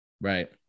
Right